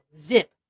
zip